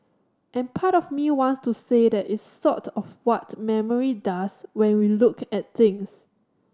and part of me wants to say that it's sort of what memory does when we look at things